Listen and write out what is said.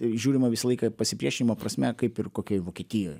žiūrima visą laiką pasipriešimo prasme kaip ir kokioj vokietijoj